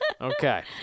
Okay